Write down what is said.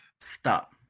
Stop